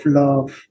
love